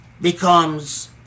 becomes